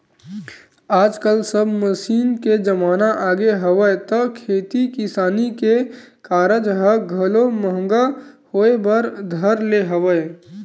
आजकल सब मसीन के जमाना आगे हवय त खेती किसानी के कारज ह घलो महंगा होय बर धर ले हवय